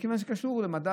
מכיוון שזה קשור למדע,